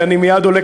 שאני מייד עולה,